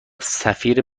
سفیر